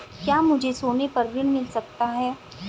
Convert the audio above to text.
क्या मुझे सोने पर ऋण मिल सकता है?